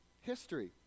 history